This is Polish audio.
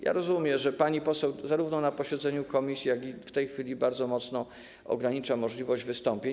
Jak rozumiem, pani poseł zarówno na posiedzeniu komisji, jak i w tej chwili bardzo mocno ogranicza możliwość wystąpień.